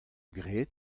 graet